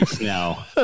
Now